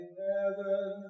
heaven